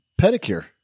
pedicure